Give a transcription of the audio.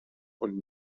und